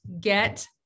get